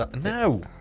No